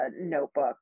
notebook